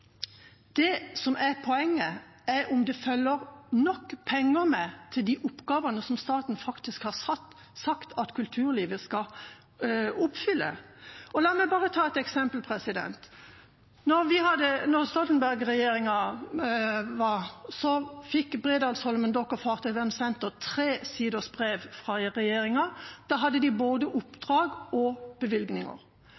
Det som er poenget, er om det følger med nok penger til de oppgavene som staten har sagt at kulturlivet skal gjøre. La meg ta et eksempel: Under Stoltenberg-regjeringa fikk Bredalsholmen Dokk og Fartøyvernsenter et tre siders brev fra regjeringa. Der fikk de både